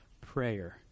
prayer